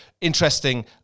interesting